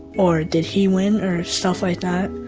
or did he win, or stuff like that.